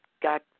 got